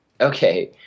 Okay